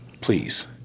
please